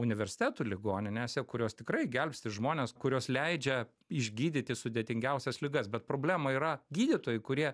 universitetų ligoninėse kurios tikrai gelbsti žmones kurios leidžia išgydyti sudėtingiausias ligas bet problema yra gydytojų kurie